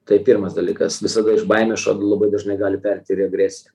tai pirmas dalykas visada iš baimės šuo labai dažnai gali pereit ir į agresiją